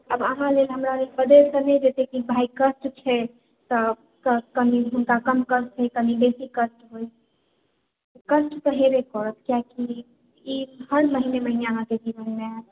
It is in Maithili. आब अहाँलेल हमरालेल बदलि तऽ नहि जेतै कि भाइ कष्ट छै तऽ हुनका कनि कम कष्ट होइ या कनि बेसी कष्ट होइ कष्ट ते हेबय करत कियाकि ई हर महीने महीने अहाँके जीवनमे हैत